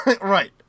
Right